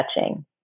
touching